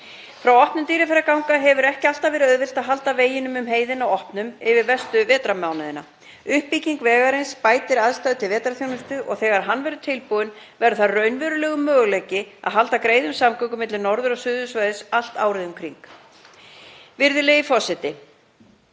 Frá opnun Dýrafjarðarganga hefur ekki alltaf verið auðvelt að halda veginum um heiðina opnum yfir verstu vetrarmánuðina. Uppbygging vegarins bætir aðstæður til vetrarþjónustu og þegar hann verður tilbúinn verður það raunverulegur möguleiki að halda greiðum samgöngum milli norður- og suðursvæðis allt árið um kring. Virðulegi forseti.